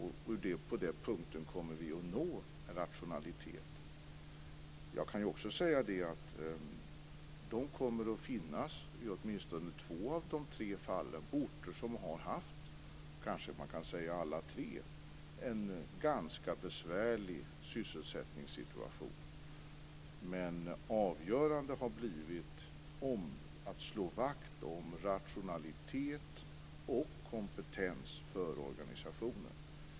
På den punkten kommer vi att nå rationalitet. Jag kan också säga att de i alla de tre fallen kommer att finnas på orter som har haft en ganska besvärlig sysselsättningssituation. Men avgörande har varit att slå vakt om rationalitet och kompetens för organisationen.